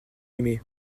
aimé